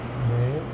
no